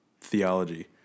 theology